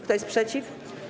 Kto jest przeciw?